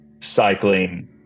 cycling